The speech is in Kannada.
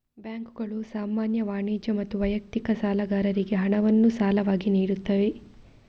ಬ್ಯಾಂಕುಗಳು ಸಾಮಾನ್ಯ, ವಾಣಿಜ್ಯ ಮತ್ತು ವೈಯಕ್ತಿಕ ಸಾಲಗಾರರಿಗೆ ಹಣವನ್ನು ಸಾಲವಾಗಿ ನೀಡುತ್ತವೆ